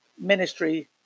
Ministry